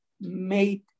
made